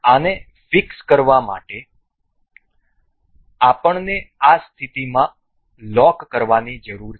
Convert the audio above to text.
તેથી આને ફિક્સ કરવા માટે અમને આ સ્થિતિમાં લોક કરવાની જરૂર છે